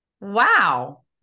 Wow